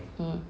mm